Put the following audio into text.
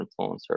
influencer